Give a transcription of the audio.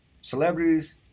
celebrities